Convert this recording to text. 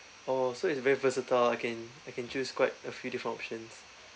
oh so it's very versatile I can I can choose quite a few different options